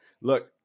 Look